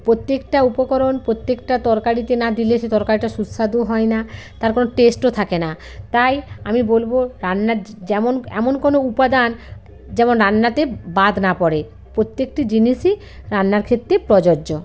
প্রত্যেকটা উপকরণ প্রত্যেকটা তরকারিতে না দিলে সে তরকারিটা সুস্বাদু হয় না তার কোনো টেস্টও থাকে না তাই আমি বলবো রান্নার যেমন এমন কোনো উপাদান যেমন রান্নাতে বাদ না পড়ে প্রত্যকেটি জিনিসই রান্নার ক্ষেত্রে প্রযোজ্য